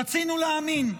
רצינו להאמין,